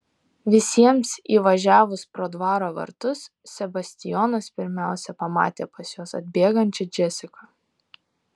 visiems įvažiavus pro dvaro vartus sebastijonas pirmiausia pamatė pas juos atbėgančią džesiką